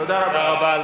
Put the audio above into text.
תודה רבה.